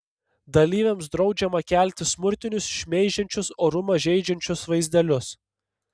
dalyviams draudžiama kelti smurtinius šmeižiančius orumą žeidžiančius vaizdelius